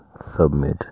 submit